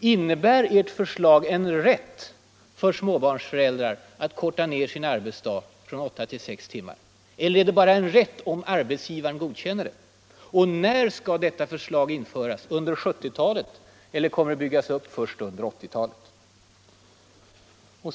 Innebär ert förslag en rätt för småbarnsföräldrar att korta ned sin arbetsdag från åtta till sex timmar? Eller är det bara en rätt om arbetsgivaren godkänner det? Och när skall den föreslagna reformen införas — under 1970-talet, eller kommer systemet att byggas upp först under 1980-talet?